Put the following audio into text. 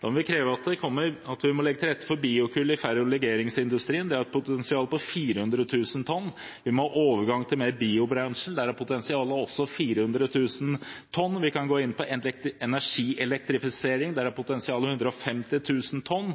kreve at vi må legge til rette for biokull i ferrolegeringsindustrien, det har et potensial på 400 000 tonn. Vi må ha overgang til mer biobrensel, der er potensialet også 400 000 tonn. Vi kan gå inn på energielektrifisering, der er potensialet 150 000 tonn.